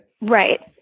Right